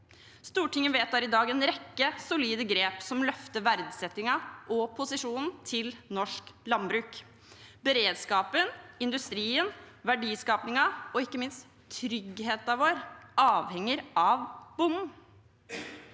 Stortinget vedtar i dag en rekke solide grep som løfter verdsettingen av og posisjonen til norsk landbruk. Beredskapen, industrien, verdiskapingen og ikke minst tryggheten vår avhenger av bonden.